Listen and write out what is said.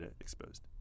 exposed